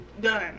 done